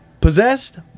possessed